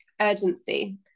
urgency